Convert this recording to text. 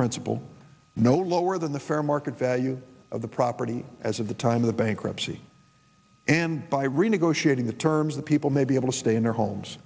principal no lower than the fair market value of the property as at the time of the bankruptcy and by renegotiating the terms the people may be able to stay in their homes